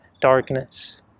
darkness